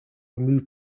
remove